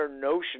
notion